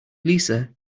lisa